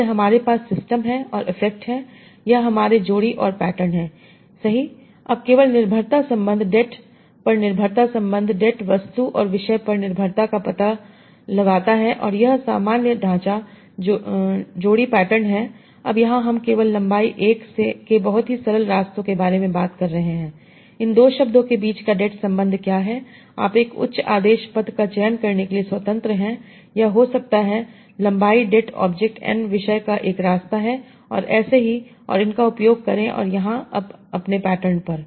इसलिए हमारे पास सिस्टम हैं और अफेक्ट हैं यह हमारे जोड़ी और पैटर्न है सही अब केवल निर्भरता संबंध det पर निर्भरता संबंध det वस्तु और विषय पर निर्भरता का पता लगाता है और यह सामान्य ढांचा जोड़ी पैटर्न है अब यहां हम केवल लंबाई 1 के बहुत ही सरल रास्तों के बारे में बात कर रहे हैं 1 इन दो शब्दों के बीच का det संबंध क्या है आप एक उच्च आदेश पथ का चयन करने के लिए स्वतंत्र हैं यह हो सकता है लंबाई det ऑब्जेक्ट n विषय का एक रास्ता है और ऐसे ही और इनका उपयोग करें यहाँ अपने पैटर्न पर